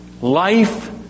Life